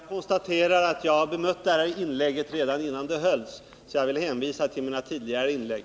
Herr talman! Jag konstaterar att jag bemött det här inlägget redan innan det hölls, varför jag vill hänvisa till mina tidigare inlägg.